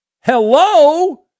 Hello